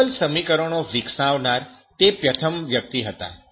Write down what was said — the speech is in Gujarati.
કેમિકલ સમીકરણો વિકસાવનાર તે પ્રથમ વ્યક્તિ હતા